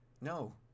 No